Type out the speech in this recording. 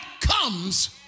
comes